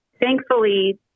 Thankfully